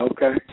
Okay